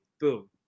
boom